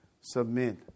submit